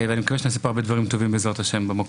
אני מקווה שנעשה במקום הזה הרבה דברים טובים בעזרת השם.